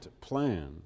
plan